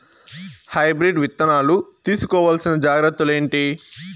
Hybrid విత్తనాలు తీసుకోవాల్సిన జాగ్రత్తలు ఏంటి?